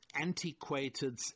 antiquated